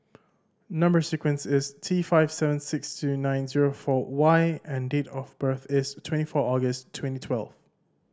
number sequence is T five seven six two nine zero four Y and date of birth is twenty four August twenty twelve